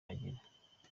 bagira